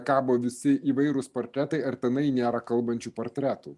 kabo visi įvairūs portretai ar tenai nėra kalbančių portretų